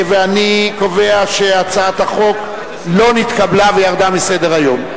אני קובע שהצעת החוק לא נתקבלה והיא ירדה מסדר-היום.